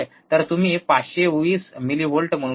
तर तुम्ही 520 मिलीव्होल्ट म्हणू शकता